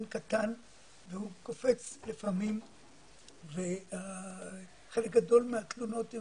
קטן והוא קופץ לפעמים וחלק גדול מהתלונות,